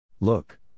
Look